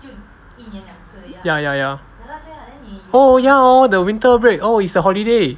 ya ya ya oh ya hor the winter break oh is a holiday